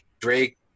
Drake